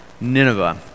Nineveh